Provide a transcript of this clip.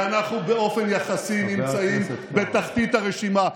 ואנחנו באופן יחסי נמצאים בתחתית הרשימה.